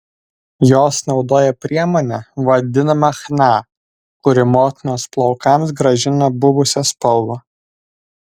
jos naudoja priemonę vadinamą chna kuri motinos plaukams grąžina buvusią spalvą